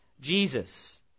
Jesus